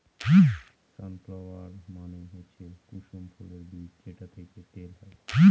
সান flower মানে হচ্ছে কুসুম ফুলের বীজ যেটা থেকে তেল হয়